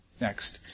Next